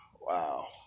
wow